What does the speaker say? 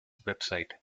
website